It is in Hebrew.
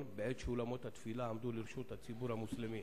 בעת שאולמות התפילה עמדו לרשות הציבור המוסלמי.